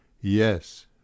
Yes